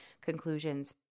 conclusions